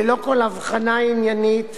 ללא כל אבחנה עניינית,